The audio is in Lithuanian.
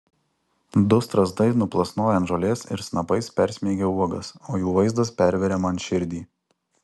du strazdai nuplasnoja ant žolės ir snapais persmeigia uogas o jų vaizdas perveria man širdį